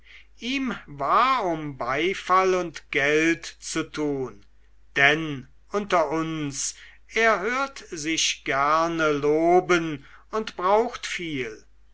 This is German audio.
ihm war um beifall und geld zu tun denn unter uns er hört sich gerne loben und braucht viel